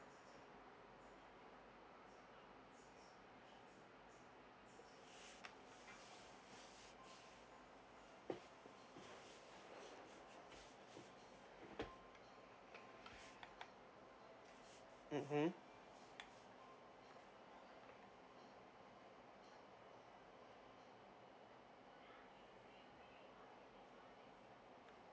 mmhmm